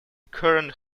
current